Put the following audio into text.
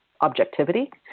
objectivity